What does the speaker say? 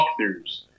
walkthroughs